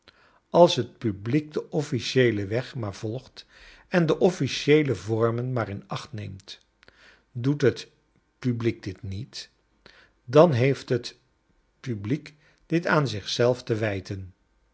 als het publiek den officieelen weg maar volgt en de officieele vormen maar in acht neemt doet het publiek dit niet dan heeft het publiek dit aan zich zelf te wijten